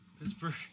Pittsburgh